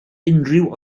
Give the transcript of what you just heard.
unrhyw